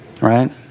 right